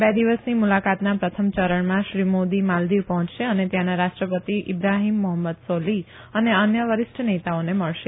બે દિવસની મુલાકાતના પ્રથમ ચરણમાં શ્રી મોદી માલદીવ પહોચશે અને ત્યાંના રાષ્ટ્રપતિ ઈબ્રાહીમ મોહમદ સોલીહ અને અન્ય વરિષ્ઠ નેતાઓને મળશે